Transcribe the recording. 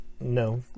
No